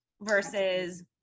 Versus